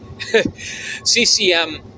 CCM